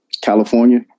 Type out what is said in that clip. California